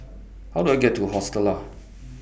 How Do I get to Hostel Lah